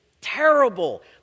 terrible